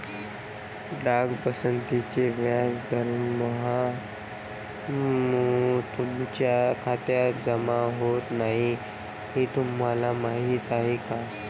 डाक बचतीचे व्याज दरमहा तुमच्या खात्यात जमा होत नाही हे तुम्हाला माहीत आहे का?